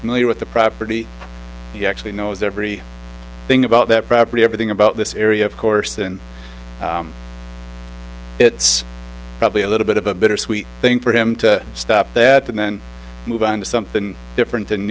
familiar with the property he actually knows every thing about their property everything about this area of course and it's probably a little bit of a bittersweet thing for him to stop there and then move on to something different